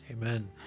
amen